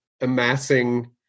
amassing